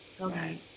Okay